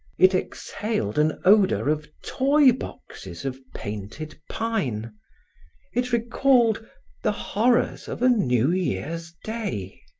it exhaled an odor of toy boxes of painted pine it recalled the horrors of a new year's day.